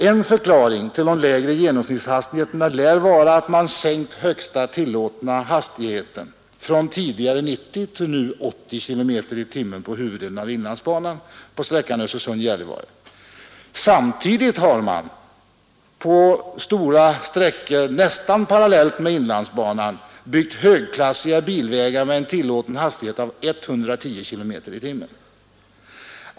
En förklaring till de lägre genomsnittshastigheterna lär vara att man sänkt högsta tillåtna hastigheten från 90 till 80 km i timmen på huvuddelen av inlandsbanan på sträckan Östersund —Gällivare. Samtidigt har man på stora sträckor, nästan parallellt med inlandsbanan, byggt högklassiga bilvägar med en tillåten hastighet av 110 km i timmen.